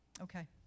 okay